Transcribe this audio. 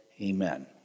Amen